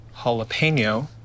jalapeno